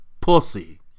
Pussy